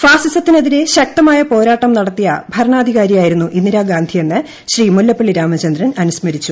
ഫാസിസത്തിനെതിരെ ശക്തമായ പോരാട്ടം നടത്തിയ ഭരണാധികാരിയായിരുന്നു ഇന്ദിരാഗാന്ധിയെന്ന് ശ്രീ മുല്ലപ്പളളി രാമചന്ദ്രൻ അനുസ്മരിച്ചു